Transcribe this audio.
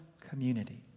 community